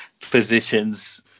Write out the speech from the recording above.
positions